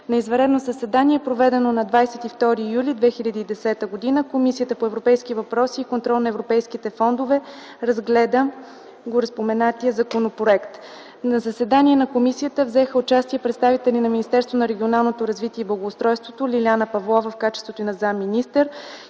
На извънредно заседание, проведено на 22 юли 2010 г., Комисията по европейските въпроси и контрол на европейските фондове разгледа гореспоменатия законопроект. На заседанието на Комисията взеха участие представители на Министерство на регионалното развитие и благоустройството – Лиляна Павлова – заместник-министър,